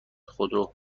خودرو